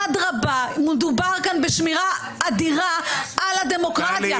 אדרבה, מדובר כאן בשמירה אדירה על הדמוקרטיה.